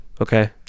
Okay